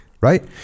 right